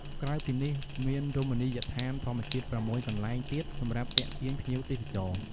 ក្រៅពីនេះមានរមនីយដ្ឋានធម្មជាតិ៦កន្លែងទៀតសម្រាប់ទាក់ទាញភ្ញៀវទេសចរណ៍។